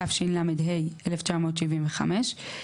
התשל"ה-1975,